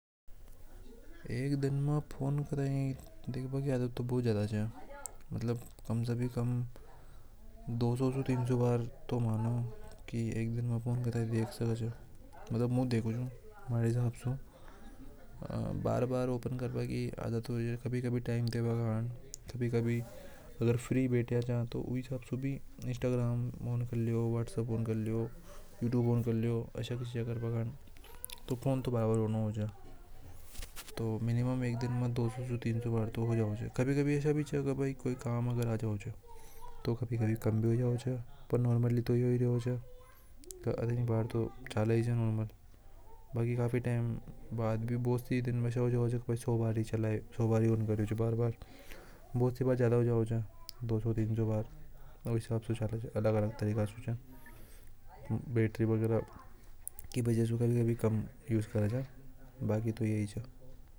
﻿एक दिन में फोन करे देखना की आदत तो बहुत ज्यादा छ मतलब हम सभी कम से कम दो सौ से तीन सौ बार तो दिन की एक दिन में फोन करके देख सके मतलब हमारे हिसाब से बार-बार ओपन कर। बाकी आदत हुई है कभी-कभी टाइम टेबल कभी-कभी अगर फ्री बेटियां चाहे तो उसे आप सभी इंस्टाग्राम ऑन कर लो व्हाट्सएप ऑन कर लो यूट्यूब ऑन कर लो ऐसा कीजिए तो कभी-कभी काम भी हो जाओ। पर नॉर्मल डिलीवरी हो जाए बार-बार वह सुबह ज्यादा हो जाओ बैटरी वगैरा की वजह से कभी कम यूस कर च बाकी तो यही है।